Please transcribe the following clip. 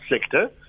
sector